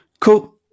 Cool